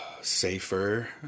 safer